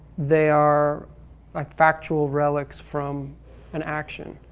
they are like factual relics from an action.